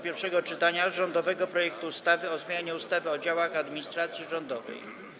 Pierwsze czytanie rządowego projektu ustawy o zmianie ustawy o działach administracji rządowej.